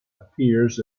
appears